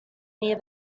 near